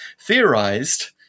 theorized